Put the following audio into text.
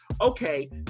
okay